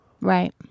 Right